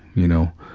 you know,